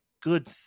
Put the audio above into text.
good